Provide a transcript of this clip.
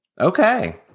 Okay